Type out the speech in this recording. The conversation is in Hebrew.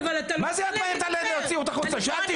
שאלתי